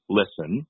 listen